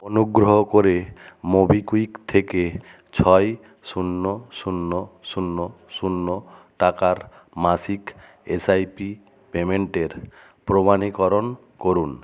অনুগ্রহ করে মোবিকুইক থেকে ছয় শূন্য শূন্য শূন্য শূন্য টাকার মাসিক এসআইপি পেমেন্টের প্রমাণীকরণ করুন